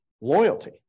loyalty